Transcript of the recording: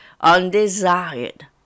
undesired